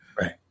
Right